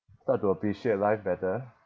start to appreciate life better